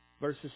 Verses